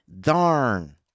darn